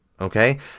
Okay